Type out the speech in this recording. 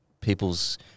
people's –